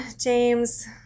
James